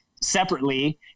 separately